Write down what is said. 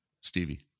Stevie